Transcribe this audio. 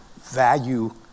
value